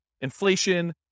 inflation